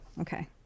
Okay